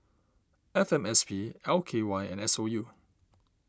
F M S P L K Y and S O U